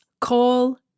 Call